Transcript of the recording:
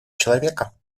человека